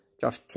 Josh